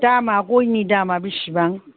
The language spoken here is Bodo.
दामा गयनि दामा बेसेबां